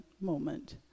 moment